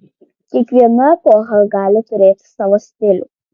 kiekviena epocha gali turėti savo stilių